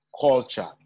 culture